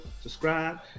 subscribe